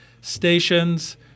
stations